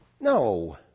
no